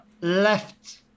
left